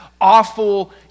awful